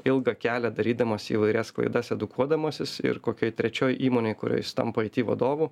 ilgą kelią darydamas įvairias klaidas edukuodamasis ir kokioj trečioj įmonėj kurioj jis tampa aiti vadovu